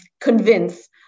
convince